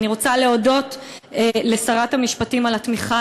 אני רוצה להודות לשרת המשפטים על התמיכה,